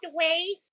away